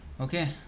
Okay